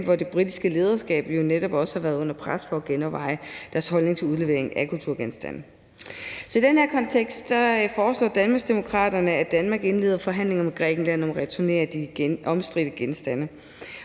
og det britiske lederskab har jo netop også været under pres for at genoverveje deres holdning til udlevering af kulturgenstande. I den her kontekst foreslår Danmarksdemokraterne, at Danmark indleder forhandlinger med Grækenland om at returnere de omstridte genstande.